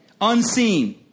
Unseen